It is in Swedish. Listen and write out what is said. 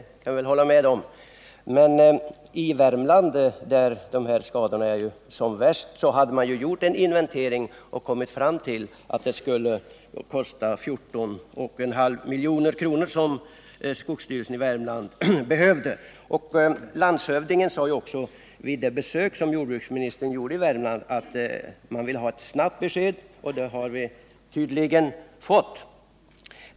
Men i Värmland, där skadorna är som värst, hade man gjort en inventering och kommit fram till att bekämpningsåtgärder skulle kosta 14,5 milj.kr., som skogsstyrelsen i Värmland behövde. Landshövdingen sade också vid det besök som jordbruksministern gjorde i Värmland att man ville ha ett snabbt besked, och det har man fått.